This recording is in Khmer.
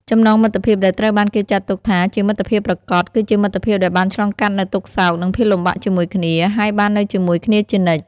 ចំណងមិត្តភាពដែលត្រូវបានគេចាត់ទុកថាជាមិត្តពិតប្រាកដគឺជាមិត្តភាពដែលបានឆ្លងកាត់នូវទុក្ខសោកនិងភាពលំបាកជាមួយគ្នា ហើយបាននៅជាមួយគ្នាជានិច្ច។